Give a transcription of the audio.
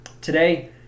Today